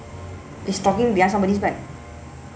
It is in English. it's talking behind somebody's back